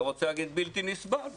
לא רוצה להגיד בלתי נסבל.